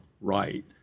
right